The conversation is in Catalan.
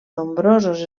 nombrosos